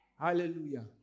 Hallelujah